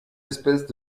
espèce